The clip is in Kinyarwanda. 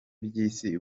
by’isi